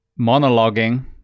monologuing